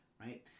Right